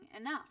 enough